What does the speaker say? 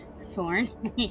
Thorn